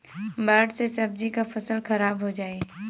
बाढ़ से सब्जी क फसल खराब हो जाई